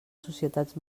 societats